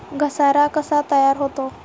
घसारा कसा तयार होतो?